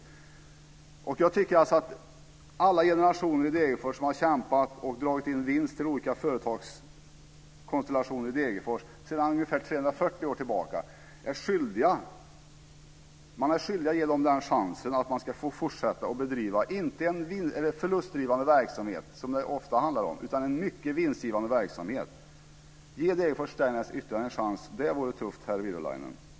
Jag tycker att man är skyldig att ge en chans till alla generationer i Degerfors som har kämpat och dragit in vinst till olika företagskonstellationer där sedan ungefär 340 år tillbaka. De ska få en chans att få fortsätta bedriva inte en förlustgivande verksamhet - som det ofta handlar om - utan en mycket vinstgivande verksamhet. Ge Degerfors Stainless ytterligare en chans! Det vore tufft, herr Virolainen! Herr talman!